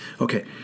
Okay